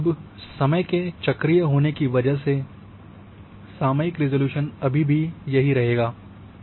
लेकिन अब समय के चक्रित होने की वजह से सामयिक रिज़ॉल्यूशन अभी भी यह रहेगा है